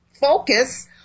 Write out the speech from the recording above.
focus